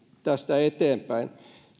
tästä eteenpäin